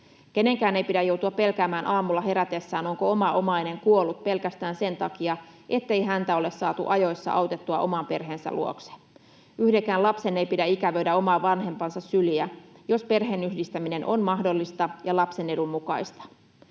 Kenenkään ei pidä joutua pelkäämään aamulla herätessään, onko oma omainen kuollut pelkästään sen takia, ettei häntä ole saatu ajoissa autettua oman perheensä luokse. Yhdenkään lapsen ei pidä ikävöidä oman vanhempansa syliä, jos perheen yhdistäminen on mahdollista ja lapsen edun mukaista.